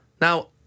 Now